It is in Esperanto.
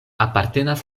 apartenas